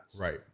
Right